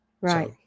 Right